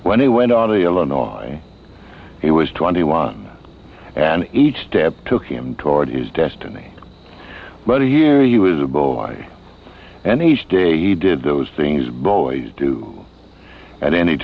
when he went on to illinois it was twenty one and each step took him toward his destiny but here he was a boy and his day he did those things boys do at any